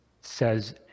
says